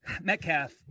Metcalf